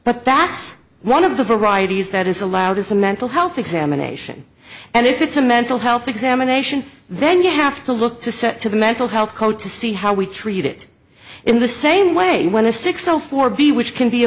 but that's one of the varieties that is allowed is a mental health examination and if it's a mental health examination then you have to look to set to the mental health code to see how we treat it in the same way when a six o four b which can be a